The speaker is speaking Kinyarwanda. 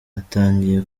atangiye